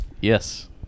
Yes